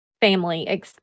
family